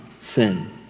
sin